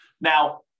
Now